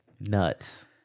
Nuts